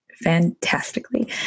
fantastically